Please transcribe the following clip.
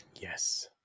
Yes